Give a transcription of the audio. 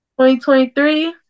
2023